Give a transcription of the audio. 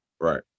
Right